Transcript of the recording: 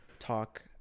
Talk